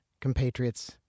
compatriots